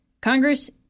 Congress